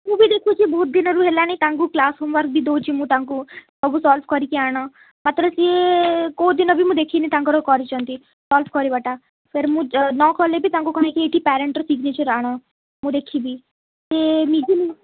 ମୁଁ ବି ଦେଖୁଛି ବହୁତ ଦିନରୁ ହେଲାଣି ତାଙ୍କୁ କ୍ଲାସ୍ ହୋମ୍ୱାର୍କ ବି ଦଉଛି ମୁଁ ତାଙ୍କୁ ସବୁ ସଲ୍ଭ କରି ଆଣ ମାତ୍ର ସେ କେଉଁ ଦିନ ବି ମୁଁ ଦେଖିନି ତାଙ୍କର କରିଛନ୍ତି ସଲ୍ଭ କରିବାଟା ଫେର୍ ମୁଁ ନ କଲେ ବି ତାଙ୍କୁ କହେ କି ଏଇଠି ପ୍ୟାରେଣ୍ଟର ସିଗ୍ନେଚର୍ ଆଣ ମୁଁ ଦେଖିବି ସେ ନିଜେ ନିଜେ